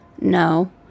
no